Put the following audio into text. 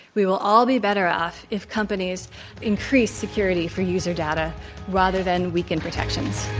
we will all be better off if companies increase security for user data rather than weaken protections.